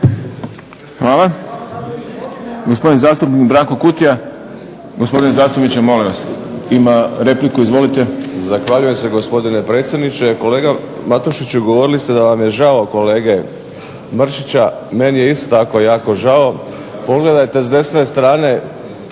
Hvala. Gospodin zastupnik Branko Kutija. Gospodine zastupniče, molim vas ima repliku. Izvolite. **Kutija, Branko (HDZ)** Zahvaljujem se gospodine predsjedniče. Kolega Matušiću, govorili ste da vam je žao kolege Mršića. Meni je isto tako jako žao. Pogledajte s desne strane